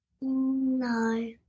No